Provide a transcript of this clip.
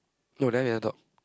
no then we never talk